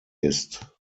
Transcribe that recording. ist